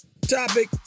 topic